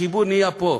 החיבור נהיה פה.